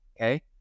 Okay